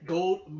Gold